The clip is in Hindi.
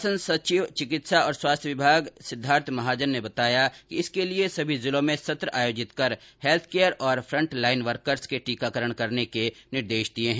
शासन सचिव चिकित्सा और स्वास्थ्य विभाग सिद्दार्थ महाजन ने बताया कि इसके लिए सभी जिलों में सत्र आयोजित कर हैत्थ केयर और फ़ंट लाइन वर्कर्स के टीकाकरण करने के निर्देश दिए हैं